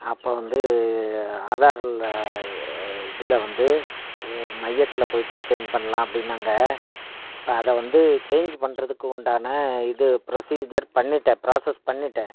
அப்போ வந்து ஆதாரில் இதில் வந்து மையத்தில் போயிவிட்டு சேஞ்ச் பண்ணலாம் அப்படின்னாங்க இப்போ அதை வந்து சேஞ்ச் பண்ணுறதுக்கு உண்டான இது ப்ரொசீஜர் பண்ணிவிட்டேன் ப்ராஸஸ் பண்ணிவிட்டேன்